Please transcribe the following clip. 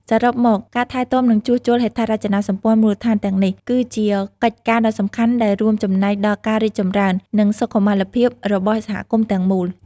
សរុបមក ការថែទាំ និងជួសជុលហេដ្ឋារចនាសម្ព័ន្ធមូលដ្ឋានទាំងនេះ គឺជាកិច្ចការដ៏សំខាន់ដែលរួមចំណែកដល់ការរីកចម្រើន និងសុខុមាលភាពរបស់សហគមន៍ទាំងមូល។